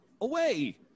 away